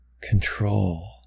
control